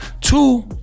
Two